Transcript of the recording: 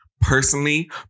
Personally